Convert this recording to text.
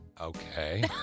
Okay